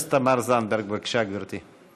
חברת הכנסת תמר זנדברג, בבקשה, גברתי.